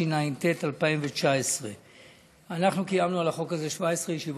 התשע"ט 2019. אנחנו קיימנו על החוק הזה 17 ישיבות,